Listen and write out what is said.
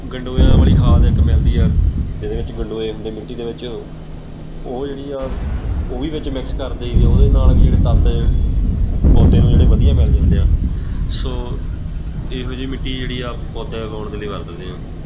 ਗੰਡੋਇਆਂ ਵਾਲੀ ਖਾਦ ਇੱਕ ਮਿਲਦੀ ਆ ਜਿਹਦੇ ਵਿੱਚ ਗੰਡੋਏ ਹੁੰਦੇ ਮਿੱਟੀ ਦੇ ਵਿੱਚ ਉਹ ਜਿਹੜੀ ਆ ਉਹ ਵੀ ਵਿੱਚ ਮਿਕਸ ਕਰ ਦਈਦੀ ਆ ਉਹਦੇ ਨਾਲ ਵੀ ਜਿਹੜੇ ਤੱਤ ਪੌਦੇ ਨੂੰ ਜਿਹੜੇ ਵਧੀਆ ਮਿਲ ਜਾਂਦੇ ਆ ਸੋ ਇਹੋ ਜਿਹੀ ਮਿੱਟੀ ਜਿਹੜੀ ਆ ਪੌਦੇ ਉਗਾਉਣ ਦੇ ਲਈ ਵਰਤਦੇ ਆ